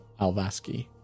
Alvaski